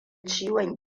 ciwon